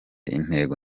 intego